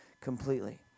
completely